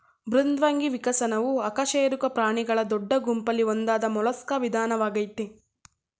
ಮೃದ್ವಂಗಿ ವಿಕಸನವು ಅಕಶೇರುಕ ಪ್ರಾಣಿಗಳ ದೊಡ್ಡ ಗುಂಪಲ್ಲಿ ಒಂದಾದ ಮೊಲಸ್ಕಾ ವಿಧಾನವಾಗಯ್ತೆ